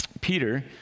Peter